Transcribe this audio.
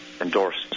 endorsed